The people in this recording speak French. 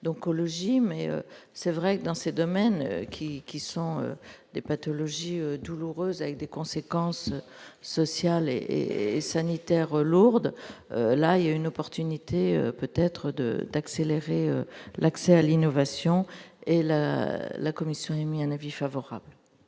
mais c'est vrai que dans ces domaines qui, qui sont des pathologies douloureuses, avec des conséquences sociales et et et sanitaire lourde, là il y a une opportunité peut-être de d'accélérer l'accès à l'innovation et la la Commission émis un avis favorable.